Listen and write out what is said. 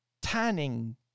tanning